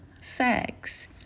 sex